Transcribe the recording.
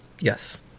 Yes